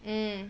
mm